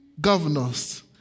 governors